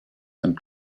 and